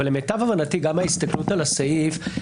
אבל למיטב הבנתי גם מהסתכלות על הסעיף,